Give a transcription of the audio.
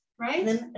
Right